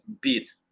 beat